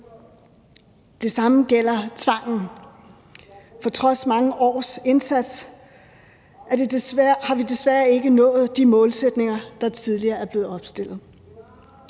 Det samme gælder tvangen. For trods mange års indsats har vi desværre ikke opfyldt de målsætninger, der tidligere er blevet opstillet.